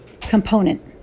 component